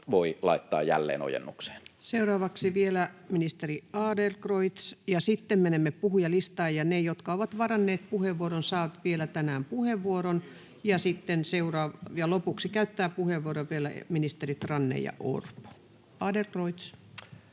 esityksistä Time: 16:48 Content: Seuraavaksi vielä ministeri Adlercreutz, ja sitten menemme puhujalistaan. Ne, jotka ovat varanneet puheenvuoron, saavat vielä tänään puheenvuoron. Lopuksi puheenvuoron käyttävät vielä ministerit Ranne ja Orpo. — Adlercreutz.